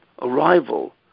arrival